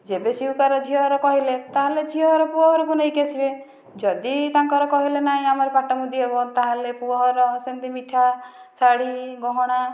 ଯେବେ ସ୍ଵୀକାର ଝିଅଘରେ କହିଲେ ତା'ହେଲେ ଝିଅଘର ପୁଅଘରକୁ ନେଇକି ଆସିବେ ଯଦି ତାଙ୍କର କହିଲେ ନାଇଁ ଆମର ପାଟ୍ଟମୁଦି ହେବ ତ ତା'ହେଲେ ପୁଅଘର ସେମିତି ମିଠା ଶାଢ଼ୀ ଗହଣା